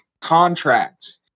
contract